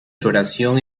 floración